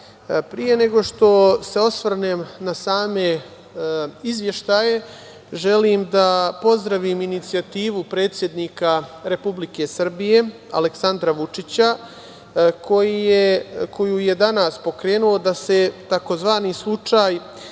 pre nego što se osvrnem na same izveštaje, želim da pozdravim inicijativu predsednika Republike Srbije Aleksandra Vučića, koju je danas pokrenuo, da se tzv. slučaj